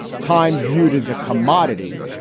time viewed as a commodity,